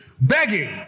begging